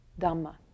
Dhamma